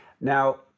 now